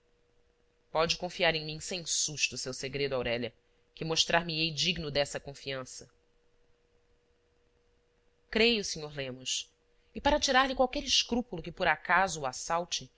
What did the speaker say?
pode confiar em mim sem susto o seu segredo aurélia que mostrar me ei digno dessa confiança creio sr lemos e para tirar-lhe qualquer escrúpulo que por acaso o assalte